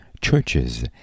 churches